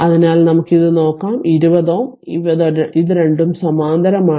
അതിനാൽ നമുക്ക് ഇത് നോക്കാം 20Ω ഈ രണ്ടും സമാന്തരമാണ്